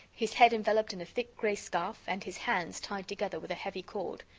his head enveloped in a thick gray scarf and his hands tied together with a heavy cord.